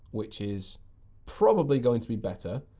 which is probably going to be better.